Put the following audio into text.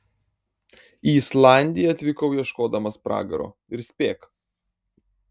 į islandiją atvykau ieškodamas pragaro ir spėk